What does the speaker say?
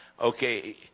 Okay